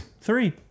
three